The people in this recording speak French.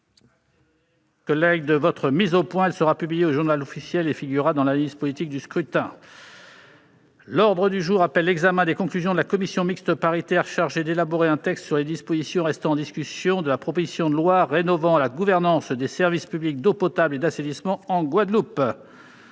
donné de cette mise au point, mon cher collègue. Elle sera publiée au et figurera dans l'analyse politique du scrutin. L'ordre du jour appelle l'examen des conclusions de la commission mixte paritaire chargée d'élaborer un texte sur les dispositions restant en discussion de la proposition de loi rénovant la gouvernance des services publics d'eau potable et d'assainissement en Guadeloupe